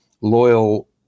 loyal